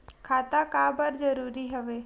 खाता का बर जरूरी हवे?